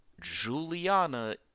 Juliana